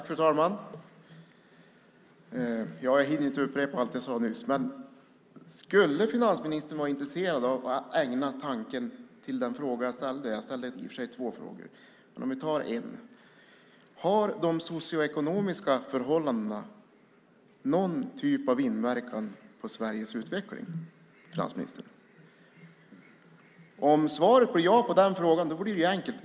Fru talman! Jag hinner inte upprepa allt jag sade nyss, men skulle finansministern vara intresserad av att ägna en tanke till den fråga jag ställde? Jag ställde i och för sig två frågor. Men vi kan ta en av dem. Har de socioekonomiska förhållandena någon typ av inverkan på Sveriges utveckling, finansministern? Om svaret blir ja på den frågan vore det enkelt.